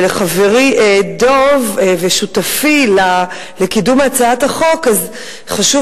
לחברי דב ושותפי לקידום הצעת החוק חשוב